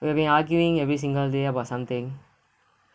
we've been arguing every single day about something